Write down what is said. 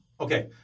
Okay